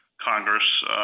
Congress